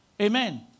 Amen